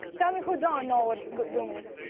tell me who don't know what doom is.